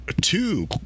two